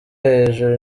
hejuru